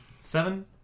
Seven